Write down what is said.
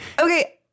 Okay